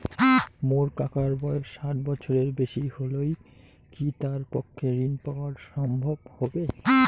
মোর কাকার বয়স ষাট বছরের বেশি হলই কি তার পক্ষে ঋণ পাওয়াং সম্ভব হবি?